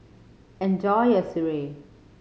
enjoy your sireh